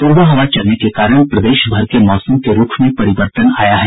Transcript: प्ररबा हवा चलने के कारण प्रदेश भर के मौसम के रूख में परिवर्तन आया है